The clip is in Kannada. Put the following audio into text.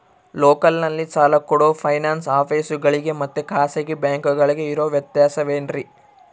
ಲೋಕಲ್ನಲ್ಲಿ ಸಾಲ ಕೊಡೋ ಫೈನಾನ್ಸ್ ಆಫೇಸುಗಳಿಗೆ ಮತ್ತಾ ಖಾಸಗಿ ಬ್ಯಾಂಕುಗಳಿಗೆ ಇರೋ ವ್ಯತ್ಯಾಸವೇನ್ರಿ?